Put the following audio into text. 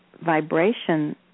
vibration